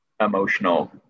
emotional